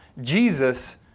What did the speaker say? Jesus